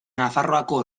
nafarroako